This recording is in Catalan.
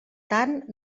tant